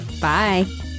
Bye